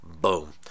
Boom